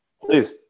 Please